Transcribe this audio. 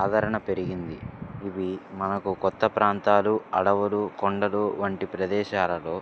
ఆదరణ పెరిగింది ఇవి మనకు కొత్త ప్రాంతాలు అడవులు కొండలు వంటి ప్రదేశాలలో